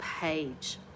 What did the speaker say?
page